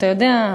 אתה יודע,